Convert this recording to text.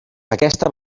aquesta